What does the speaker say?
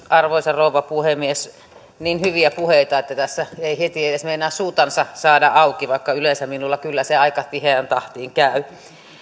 arvoisa rouva puhemies niin hyviä puheita että tässä ei heti edes meinaa suutansa saada auki vaikka yleensä minulla kyllä se aika tiheään tahtiin käy